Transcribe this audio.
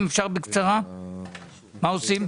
אם אפשר להתייחס בקצרה ולומר מה עושים.